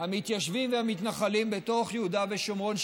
המתיישבים והמתנחלים בתוך יהודה ושומרון,